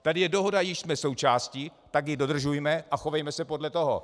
Tady je dohoda, jejíž jsme součástí, tak ji dodržujme a chovejme se podle toho.